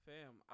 Fam